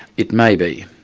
it may be.